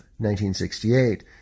1968